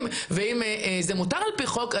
אם זה מותר על פי חוק,